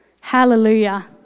Hallelujah